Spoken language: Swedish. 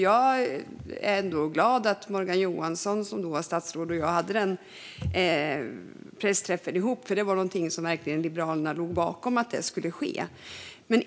Jag är glad att Morgan Johansson, som då var statsråd, och jag hade den pressträffen ihop, för Liberalerna låg verkligen bakom att detta skulle ske.